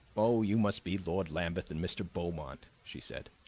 oh, you must be lord lambeth and mr. beaumont, she said.